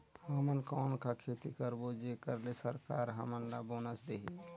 हमन कौन का खेती करबो जेकर से सरकार हमन ला बोनस देही?